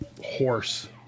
horse